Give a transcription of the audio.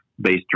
based